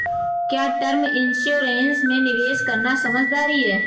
क्या term insurance में निवेश करना समझदारी है?